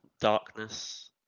Darkness